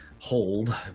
hold